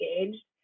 engaged